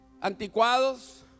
anticuados